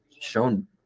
shown